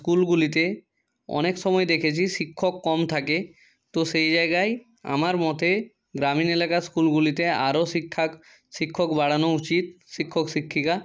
স্কুলগুলিতে অনেক সময় দেখেছি শিক্ষক কম থাকে তো সেই জায়গায় আমার মতে গ্রামীণ এলাকার স্কুলগুলিতে আরও শিক্ষক শিক্ষক বাড়ানো উচিত শিক্ষক শিক্ষিকা